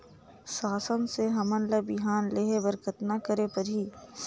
शासन से हमन ला बिहान लेहे बर कतना करे परही?